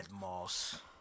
Moss